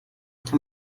kann